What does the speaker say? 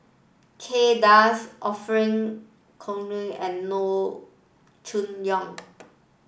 Kay Das Orfeur Cavenagh and Loo Choon Yong